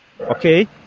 okay